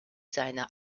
seiner